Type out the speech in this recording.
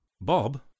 Bob